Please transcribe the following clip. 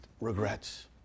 regrets